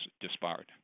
disbarred